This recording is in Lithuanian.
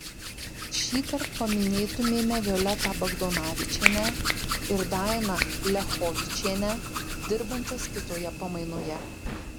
šįkart paminėtumėme violetą bagdonavičienę ir dainą liachovičienę dirbančias kitoje pamainoje